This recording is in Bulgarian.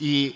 И